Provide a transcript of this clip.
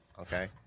okay